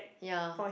ya